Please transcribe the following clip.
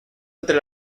entre